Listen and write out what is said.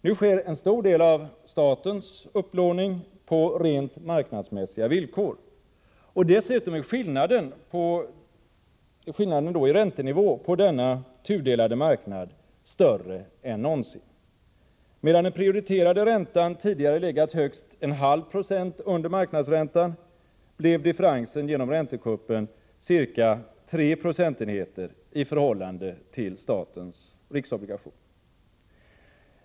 Nu sker en stor del av statens upplåning på rent marknadsmässiga villkor. Dessutom är skillnaden i räntenivå på denna tudelade marknad större än någonsin. Medan den prioriterade räntan tidigare legat högst 0,5 9c under marknadsräntan blev differensen genom räntekuppen ca tre procentenheter i förhållande till statens riksobligationer.